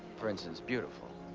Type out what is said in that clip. for instance, beautiful?